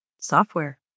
software